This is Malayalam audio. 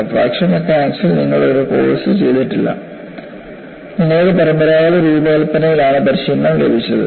ഫ്രാക്ചർ മെക്കാനിക്സിൽ നിങ്ങൾ ഒരു കോഴ്സ് ചെയ്തിട്ടില്ല നിങ്ങൾക്ക് പരമ്പരാഗത രൂപകൽപ്പനയിൽ ആണ് പരിശീലനം ലഭിച്ചത്